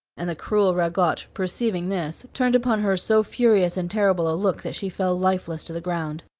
and the cruel ragotte, perceiving this, turned upon her so furious and terrible a look that she fell lifeless to the ground.